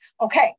Okay